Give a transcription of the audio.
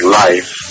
life